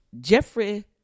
Jeffrey